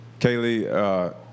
Kaylee